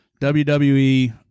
WWE